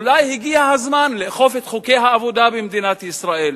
אולי הגיע הזמן לאכוף את חוקי העבודה במדינת ישראל.